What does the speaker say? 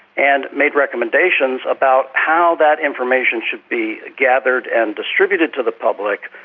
and made recommendations about how that information should be gathered and distributed to the public,